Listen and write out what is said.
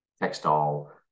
textile